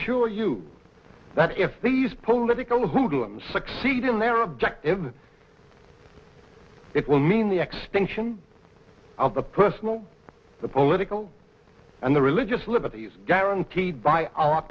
assure you that if these political hoodlums succeed in their objectives it will mean the extinction of the personal the political and the religious liberty guaranteed by our